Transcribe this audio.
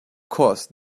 course